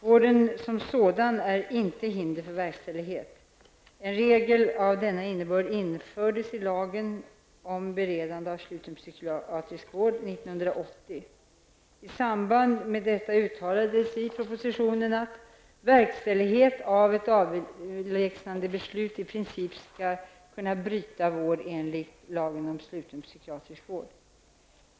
Vården som sådan är inte ett hinder för verkställighet. En regel av denna innebörd infördes i lagen om beredande av sluten psykiatrisk vård år 1980. I samband med detta uttalades i propositionen att ''verkställighet av ett avslägsnandebeslut i princip skall kunna bryta vård enligt LSPV.